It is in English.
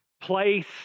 place